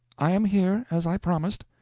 i am here, as i promised.